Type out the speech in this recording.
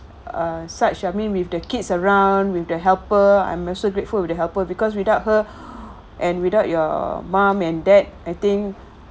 uh such I mean with the kids around with the helper I am also grateful with the helper because without her and without your mom and dad I think